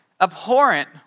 abhorrent